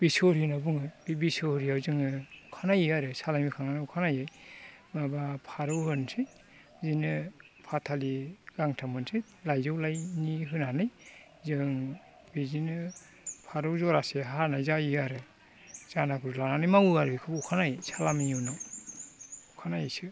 बिसहरि होननानै बुङो बे बिसहरियाव जोङो अखानायै आरो सालामि होखांनायनि अखानायै माबा फारौ होनसै बिदिनो फाथालि गांथाम होनसै लाइजौ लाइनि होनानै जों बिदिनो फारौ जरासे हानाय जायो आरो जानागुरु लानानै मावो आरो बेखौबो अखानायै सालामिनि उनाव अखानायैसो